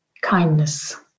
kindness